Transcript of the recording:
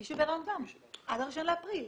מי שבהריון גם, עד ה-1 באפריל.